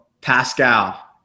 Pascal